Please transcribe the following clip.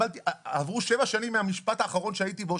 עברו שבע שנים מהמשפט האחרון שהייתי בו,